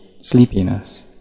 sleepiness